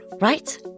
right